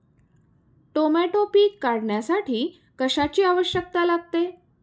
Tomato पीक काढण्यासाठी कशाची आवश्यकता लागते?